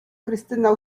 krystyna